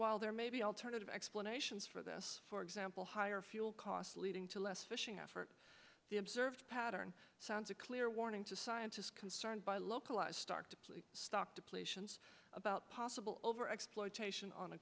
while there may be alternative explanations for this for example higher fuel costs leading to less fishing effort the observed pattern sounds a clear warning to scientists concerned by localised start to stock depletions about possible over exploitation on a